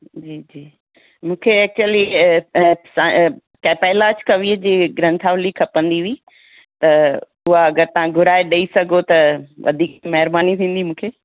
जी जी मूंखे एक्चुली इहा पहलाज कवीअ जी ग्रंथावली खपंदी हुई त उहा अगरि तव्हां घुराए ॾेई सघो त वधीक महिरबानी थींदी मूंखे